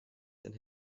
dann